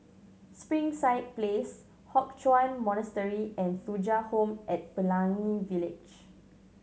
Springside Place Hock Chuan Monastery and Thuja Home at Pelangi Village